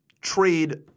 trade